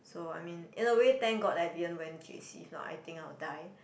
so I mean in a way thank god that I didn't went j_c if not I think I will die